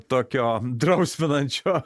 tokio drausminančio